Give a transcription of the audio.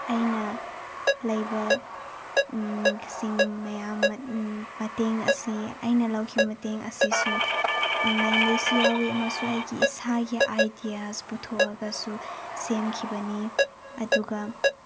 ꯑꯩꯅ ꯂꯩꯕ ꯁꯤꯡ ꯃꯌꯥꯝ ꯃꯇꯦꯡ ꯑꯁꯤ ꯑꯩꯅ ꯂꯧꯈꯤꯕ ꯃꯇꯦꯡ ꯑꯁꯤꯁꯨ ꯑꯣꯟꯂꯥꯏꯟꯗꯒꯤꯁꯨ ꯌꯥꯎꯋꯤ ꯑꯃꯁꯨꯡ ꯑꯩꯒꯤ ꯏꯁꯥꯒꯤ ꯑꯥꯏꯗꯤꯌꯥꯁ ꯄꯨꯊꯣꯛꯑꯒꯁꯨ ꯁꯦꯝꯈꯤꯕꯅꯤ ꯑꯗꯨꯒ